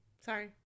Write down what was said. Sorry